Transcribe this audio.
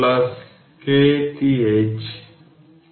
সুতরাং নোট করুন যে KVL প্রয়োগ করা হচ্ছে